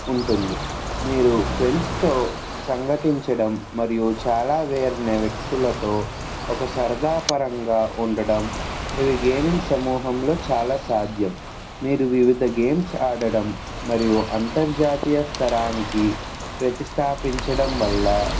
ఉంటుంది మీరు ఫ్రెండ్స్తో సంఘటించడం మరియు చాలా వెరైన వ్యక్తులతో ఒక సరదా పరంగా ఉండడం ఇవి గేమింగ్ సమూహంలో చాలా సాధ్యం మీరు వివిధ గేమ్స్ ఆడడం మరియు అంతర్జాతీయ స్థరానికి ప్రతిస్థాపించడం వల్ల